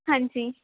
ਹਾਂਜੀ